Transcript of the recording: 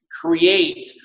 create